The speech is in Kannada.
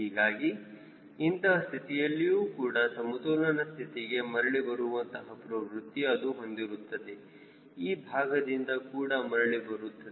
ಹೀಗಾಗಿ ಇಂತಹ ಸ್ಥಿತಿಯಲ್ಲಿಯೂ ಕೂಡ ಸಮತೋಲನ ಸ್ಥಿತಿಗೆ ಮರಳಿ ಬರುವಂತಹ ಪ್ರವೃತ್ತಿ ಅದು ಹೊಂದಿರುತ್ತದೆ ಈ ಭಾಗದಿಂದ ಕೂಡ ಮರಳಿ ಬರುತ್ತದೆ